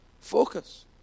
focus